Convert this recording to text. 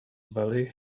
valley